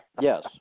Yes